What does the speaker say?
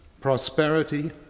prosperity